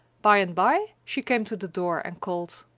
by and by she came to the door and called,